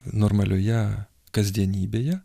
normalioje kasdienybėje